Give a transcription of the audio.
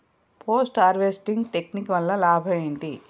Post harvesting technique వల్ల లాభం ఏంటి?